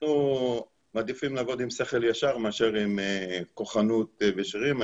אנחנו מעדיפים לעבוד עם שכל ישר מאשר עם כוחנות ושרירים.